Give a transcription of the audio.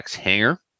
hanger